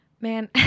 man